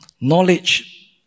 knowledge